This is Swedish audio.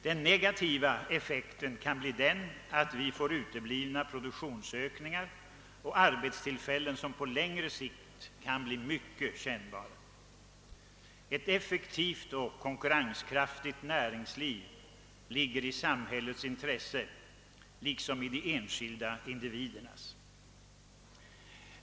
Den negativa effekten ——— på hela vår ekonomi i form av uteblivna produktionsökningar och arbetstillfällen kan på längre sikt bli mycket kännbar.» Ett effektivt och konkurrenskraftigt samhälle ligger i samhällets intresse liksom i den enskilda individens.